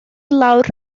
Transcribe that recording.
lawr